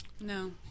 No